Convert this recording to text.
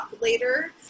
later